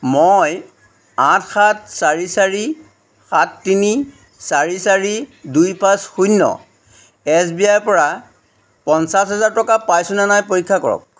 মই আঠ সাত চাৰি চাৰি সাত তিনি চাৰি চাৰি দুই পাঁচ শূন্য এছ বি আই ৰ পৰা পঞ্চাছ হাজাৰ টকা পাইছো নে নাই পৰীক্ষা কৰক